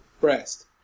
breast